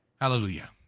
Hallelujah